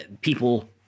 people